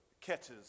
catches